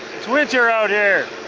it's winter out here.